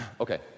Okay